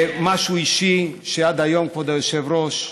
ומשהו אישי, שעד היום, כבוד היושב-ראש,